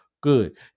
good